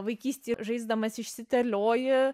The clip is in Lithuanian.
vaikystėje žaisdamas išsiterlioji